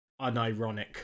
unironic